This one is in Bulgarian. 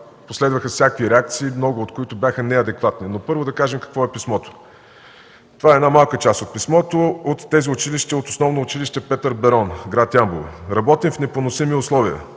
последваха всякакви реакции, много от които бяха неадекватни. Първо да кажем какво е писмото. Това е една малка част от писмото от учители от Основно училище „Д-р Петър Берон”, град Ямбол: „Работим в непоносими условия.